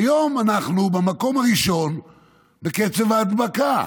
והיום אנחנו במקום הראשון בקצב ההדבקה.